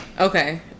okay